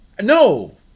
No